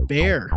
Bear